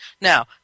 Now